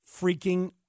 freaking